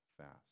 fast